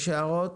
יש הערות?